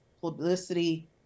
publicity